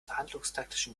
verhandlungstaktischen